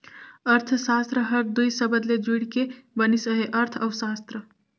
अर्थसास्त्र हर दुई सबद ले जुइड़ के बनिस अहे अर्थ अउ सास्त्र